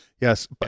Yes